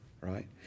right